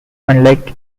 unlike